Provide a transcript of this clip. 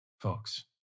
folks